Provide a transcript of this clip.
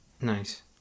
Nice